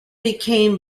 became